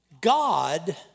God